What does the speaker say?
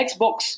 Xbox